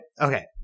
Okay